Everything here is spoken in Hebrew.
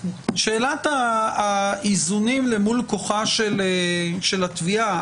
שאלת האיזונים למול כוחה של התביעה,